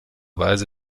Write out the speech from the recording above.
weise